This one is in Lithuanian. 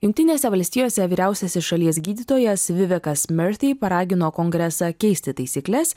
jungtinėse valstijose vyriausiasis šalies gydytojas vivekas miurtį paragino kongresą keisti taisykles